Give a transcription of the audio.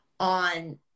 on